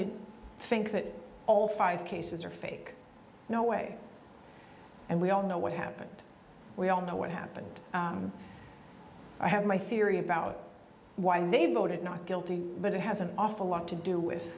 to think that all five cases are fake no way and we all know what happened we all know what happened i have my theory about why they voted not guilty but it has an awful lot to do with